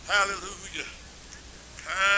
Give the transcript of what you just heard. Hallelujah